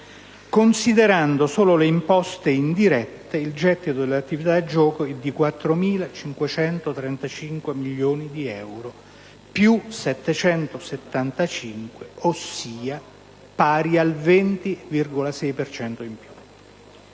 Considerando solo le imposte indirette, il gettito delle attività di gioco è di 4.535 milioni di euro: più 775 milioni, pari al 20,6 per